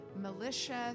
militia